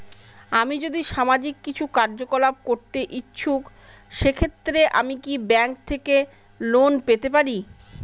আমি যদি সামাজিক কিছু কার্যকলাপ করতে ইচ্ছুক সেক্ষেত্রে আমি কি ব্যাংক থেকে লোন পেতে পারি?